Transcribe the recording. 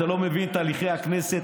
אתה לא מבין את תהליכי הכנסת,